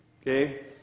Okay